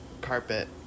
carpet